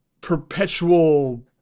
perpetual